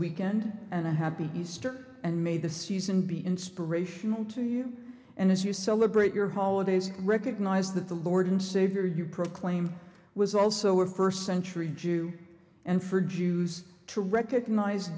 weekend and a happy easter and may the season be inspirational to you and as you celebrate your holidays recognize that the lord and savior you proclaim was also a first century jew and for jews to recognize